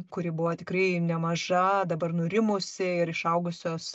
kuri buvo tikrai nemaža dabar nurimusi ir išaugusios